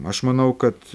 aš manau kad